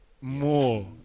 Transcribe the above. more